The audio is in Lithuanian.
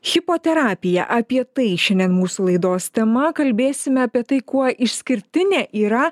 hipoterapija apie tai šiandien mūsų laidos tema kalbėsime apie tai kuo išskirtinė yra